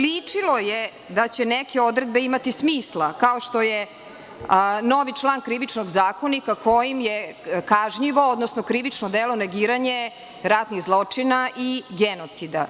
Ličilo je da će neke odredbe imati smisla, kao što je novi član Krivičnog zakona kojim je kažnjivo, odnosno krivično delo negiranje ratnih zločina i genocida.